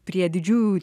prie didžiųjų